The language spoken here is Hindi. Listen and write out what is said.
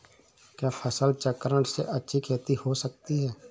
क्या फसल चक्रण से अच्छी खेती हो सकती है?